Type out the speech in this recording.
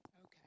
okay